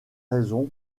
raisons